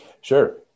Sure